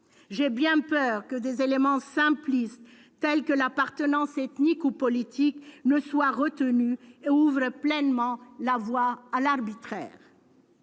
J'ai bien peur que des éléments simplistes tels que l'appartenance ethnique ou politique ne soient retenus et n'ouvrent pleinement la voie à l'arbitraire.